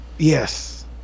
Yes